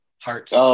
hearts